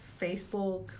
Facebook